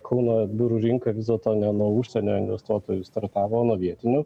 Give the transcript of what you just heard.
kauno biurų rinka vis dėlto ne nuo užsienio investuotojų startavo nuo vietinių